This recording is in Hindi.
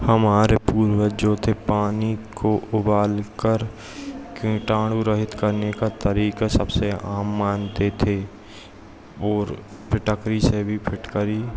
हमारे पूर्वज जो थे पानी को उबालकर कीटाणु रहित करने का तरीका सबसे आम मानते थे और फिटकरी से भी फिटकरी